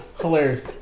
hilarious